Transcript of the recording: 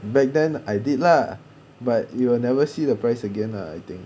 back then I did lah but you will never see the price again lah I think